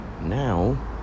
now